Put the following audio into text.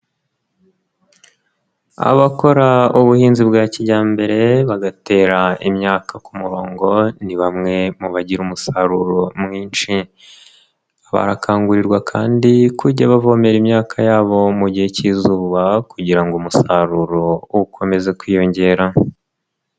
Abakora ubuhinzi bwa kijyambere bagatera imyaka ku murongo ni bamwe mu bagira umusaruro mwinshi. Barakangurirwa kandi kujya bavomera imyaka yabo mu gihe k'izuba kugira ngo umusaruro ukomeze kwiyongera.